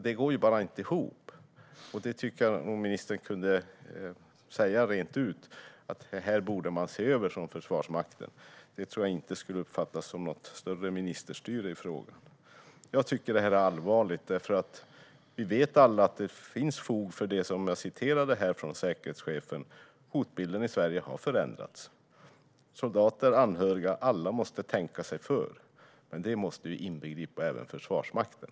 Det går bara inte ihop, och det tycker jag att ministern kunde säga rent ut: Det här borde man se över från Försvarsmakten. Jag tror inte att det skulle uppfattas som något större ministerstyre i frågan. Jag tycker att detta är allvarligt, för vi vet alla att det finns fog för det som jag citerade från säkerhetschefen: Hotbilden i Sverige har förändrats. Soldater, anhöriga och alla måste tänka sig för. Det måste inbegripa även Försvarsmakten.